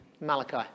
Malachi